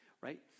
right